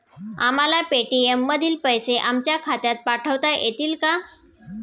आम्हाला पेटीएम मधील पैसे आमच्या खात्यात पाठवता येतील का?